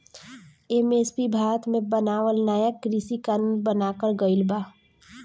MSP Bharat मे बनावल नाया कृषि कानून बनाकर गइल बा